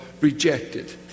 rejected